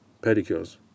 pedicures